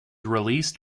released